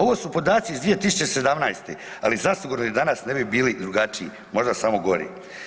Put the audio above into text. Ovo su podaci iz 2017., ali zasigurno i danas ne bi bili drugačiji možda samo gori.